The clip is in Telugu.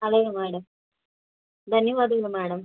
అలాగే మేడం ధన్యవాదములు మేడం